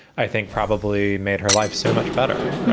i think, probably made her life so much better. right